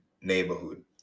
neighborhood